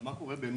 אבל מה קורה באמת